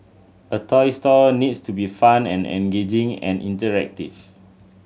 a toy store needs to be fun and engaging and interactive